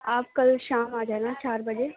آپ کل شام آ جانا چار بجے